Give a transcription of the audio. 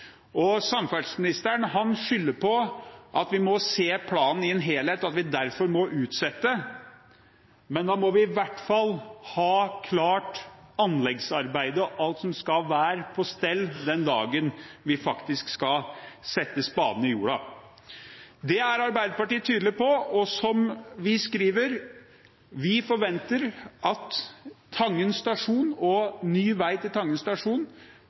Samferdselsministeren skylder på at vi må se planen i en helhet, og at vi derfor må utsette. Men da må vi i hvert fall ha klart anleggsarbeidet og alt som skal være på stell, den dagen vi faktisk skal sette spaden i jorda. Det er Arbeiderpartiet tydelig på, og som vi skriver, forventer vi at Tangen stasjon og ny vei til